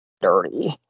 dirty